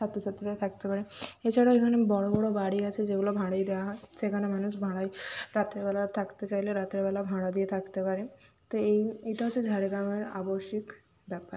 ছাত্র ছাত্রীরা থাকতে পারে এছাড়াও এখানে বড়ো বড়ো বাড়ি আছে যেগুলো ভাড়ায় দেওয়া হয় সেখানে মানুষ ভাড়ায় রাত্রিবেলায় থাকতে চাইলে রাতেরবেলা ভাড়া দিয়ে থাকতে পারে তো এই এটা হচ্ছে ঝাড়গ্রামের আবশ্যিক ব্যাপার